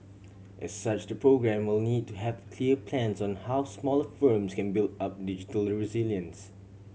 as such the programme will need to have clear plans on how smaller firms can build up digital resilience